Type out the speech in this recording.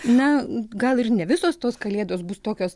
na gal ir ne visos tos kalėdos bus tokios